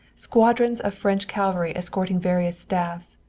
squadrons of french cavalry escorting various staffs,